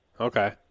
Okay